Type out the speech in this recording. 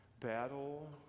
battle